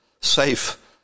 safe